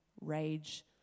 rage